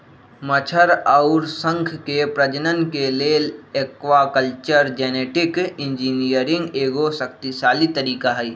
मछर अउर शंख के प्रजनन के लेल एक्वाकल्चर जेनेटिक इंजीनियरिंग एगो शक्तिशाली तरीका हई